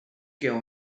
girl